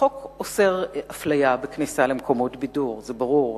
החוק אוסר אפליה בכניסה למקומות בידור, זה ברור.